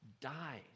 dies